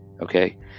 okay